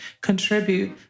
contribute